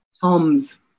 Tom's